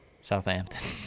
Southampton